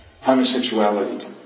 homosexuality